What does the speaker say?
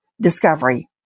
discovery